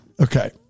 Okay